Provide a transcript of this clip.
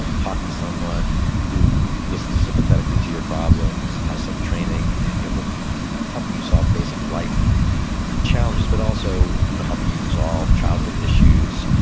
um talking to someone who listens sympathetically to your problems has some training, and both helping you solve basic life challenges, but also you know helping you resolve childhood issues.